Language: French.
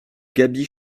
gaby